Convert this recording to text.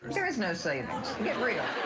there is no savings. get real.